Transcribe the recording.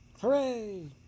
hooray